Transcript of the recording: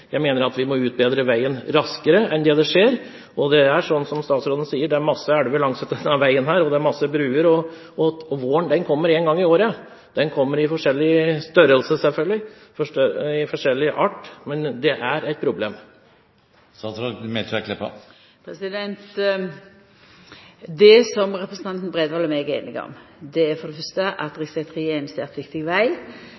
Jeg mener at vi må utbedre veien raskere enn det som skjer. Det er sånn som statsråden sier, at det er mange elver og bruer langs denne veien, og våren kommer én gang i året, og den kommer på forskjellig måter, selvfølgelig – men dette er et problem. Det som representanten Bredvold og eg er einige om, er for det fyrste at rv. 3 er ein svært viktig veg, og at det er bra at